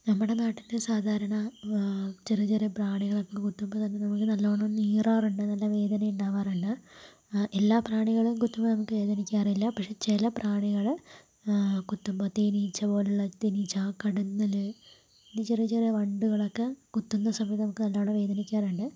നമ്മുടെ നാട്ടില് സാധാരണ ചെറിയ ചെറിയ പ്രാണികൾ ഒക്കെ കുത്തുമ്പോൾ തന്നെ നമുക്ക് നല്ല രീതിക്ക് നീറാറുണ്ട് നല്ല വേദനയുണ്ടാവാറുണ്ട് എല്ലാ പ്രാണികളും കുത്തുമ്പോൾ നമുക്ക് വേദനിക്കാറില്ല പക്ഷെ ചില പ്രാണികൾ കുത്തുമ്പോൾ തേനിച്ചപോലുള്ള തേനീച്ച കടന്തൽ ചെറിയ ചെറിയ വണ്ടുകളൊക്കെ കുത്തുന്ന സമയത് നമുക്ക് നല്ല പോലെ വേദനിക്കാറുണ്ട്